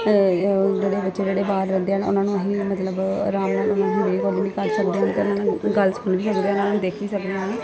ਜਿਹੜੇ ਬੱਚੇ ਜਿਹੜੇ ਬਾਹਰ ਜਾਂਦੇ ਹਨ ਉਹਨਾਂ ਨੂੰ ਅਸੀਂ ਮਤਲਬ ਆਰਾਮ ਨਾਲ ਕਰ ਸਕਦੇ ਹਨ ਪਹਿਲਾਂ ਉਹਨਾਂ ਦੀ ਗੱਲ ਸੁਣ ਵੀ ਸਕਦੇ ਹਨ ਉਹਨਾਂ ਨੂੰ ਦੇਖ ਵੀ ਸਕਦੇ ਹਨ